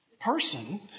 person